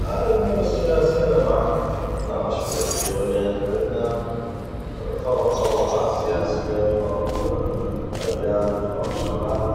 هاي الامور السياسية انا ما احب اتناقش بيها كثيغ لان عدنا فرق طبقات سياسية فرق اديان فرق شغلات